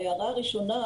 ההערה הראשונה,